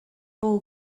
ball